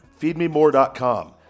Feedmemore.com